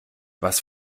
was